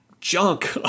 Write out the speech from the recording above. junk